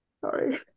sorry